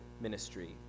ministry